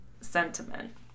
sentiment